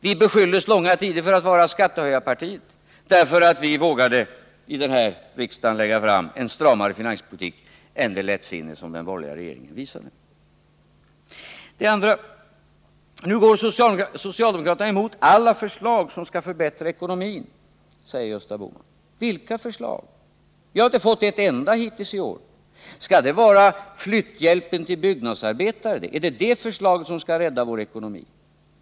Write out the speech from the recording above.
Vi beskylldes under långa tider för att vara skattehöjarpartiet, därför att vi vågade i riksdagen lägga fram en finanspolitik som var betydligt stramare än den lättsinniga politik som den borgerliga regeringen förordade. Den andra punkten: Socialdemokraterna går emot alla förslag som skall förbättra ekonomin, säger Gösta Bohman. Vilka förslag? Vi har inte fått ett enda sådant förslag hittills i år. Menar Gösta Bohman flytthjälpen till byggnadsarbetare? Är det det förslaget som skall rädda vår ekonomi?